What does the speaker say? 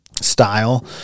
style